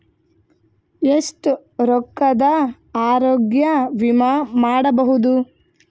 ಎಷ್ಟ ರೊಕ್ಕದ ಆರೋಗ್ಯ ವಿಮಾ ಮಾಡಬಹುದು?